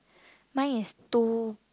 mine is two